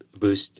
boost